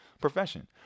profession